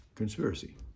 conspiracy